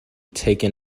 taken